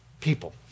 people